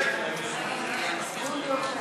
לוועדת הכנסת